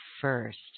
first